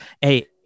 hey